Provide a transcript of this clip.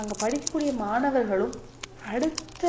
அங்கே படிக்கக்கூடிய மாணவர்களும் அடுத்த